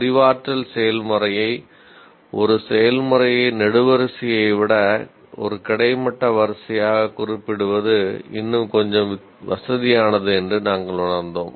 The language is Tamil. அறிவாற்றல் செயல்முறையை ஒரு செயல்முறையை நெடுவரிசையை விட ஒரு கிடைமட்ட வரிசையாகக் குறிப்பிடுவது இன்னும் கொஞ்சம் வசதியானது என்று நாங்கள் உணர்ந்தோம்